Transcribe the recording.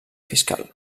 fiscal